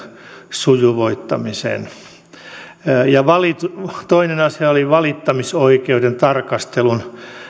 sujuvoittamisen ja toinen asia oli valittamisoikeuden tarkastelu